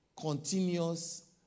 continuous